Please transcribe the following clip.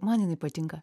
man jinai patinka